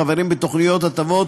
חברים בתוכניות הטבות